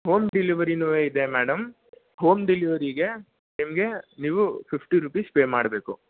home ಡೆಲಿವರಿನು ಇದೆ madam home ಡೆಲಿವರೀಗೆ ನಿಮಗೆ ನೀವು ಫಿಫ್ಟಿ ರುಪೀಸ್ ಪೇ ಮಾಡಬೇಕು